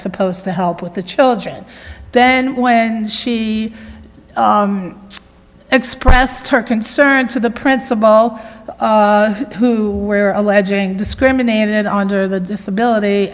supposed to help with the children then when she expressed her concern to the principal who were alleging discriminated under the disability